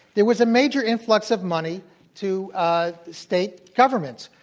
there was a major influx of money to ah state governments,